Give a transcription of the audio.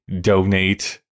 donate